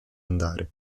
andare